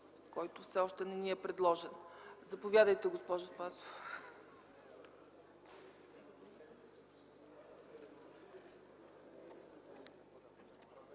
Който все още не ни е предложен. Заповядайте, госпожо Спасова.